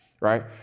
right